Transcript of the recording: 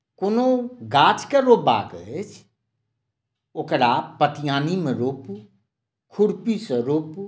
कोनो गाछकेँ रोपबाक अछि ओकरा पतियानीमे रोपू खुरपीसँ रोपू